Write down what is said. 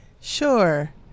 Sure